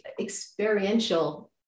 experiential